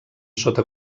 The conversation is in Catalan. sota